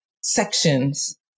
sections